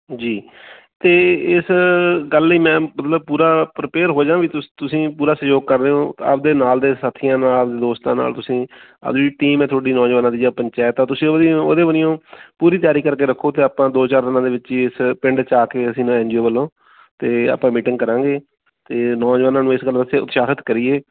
ਜੀ ਅਤੇ ਇਸ ਗੱਲ ਲਈ ਮੈਂ ਮਤਲਬ ਪੂਰਾ ਪ੍ਰੀਪੇਅਰ ਹੋ ਜਾ ਵੀ ਤੁਸ ਤੁਸੀਂ ਪੂਰਾ ਸਹਿਯੋਗ ਕਰ ਰਹੇ ਹੋ ਆਪਣੇ ਨਾਲ ਦੇ ਸਾਥੀਆਂ ਨਾਲ ਦੋਸਤਾਂ ਨਾਲ ਤੁਸੀਂ ਆਹ ਜਿਹੜੀ ਟੀਮ ਹੈ ਤੁਹਾਡੀ ਨੌਜਵਾਨਾਂ ਦੀ ਜਾਂ ਪੰਚਾਇਤ ਆ ਤੁਸੀਂ ਉਹਦੀ ਉਹਦੀ ਬੰਨੀਓ ਪੂਰੀ ਤਿਆਰੀ ਕਰਕੇ ਰੱਖੋ ਅਤੇ ਆਪਾਂ ਦੋ ਚਾਰ ਦਿਨਾਂ ਦੇ ਵਿੱਚ ਹੀ ਇਸ ਪਿੰਡ 'ਚ ਆ ਕੇ ਅਸੀਂ ਨਾ ਐਨ ਜੀ ਓ ਵੱਲੋਂ ਅਤੇ ਆਪਾਂ ਮੀਟਿੰਗ ਕਰਾਂਗੇ ਅਤੇ ਨੌਜਵਾਨਾਂ ਨੂੰ ਇਸ ਗੱਲ ਵਾਸਤੇ ਉਤਸ਼ਾਹਿਤ ਕਰੀਏ